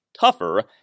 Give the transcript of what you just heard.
tougher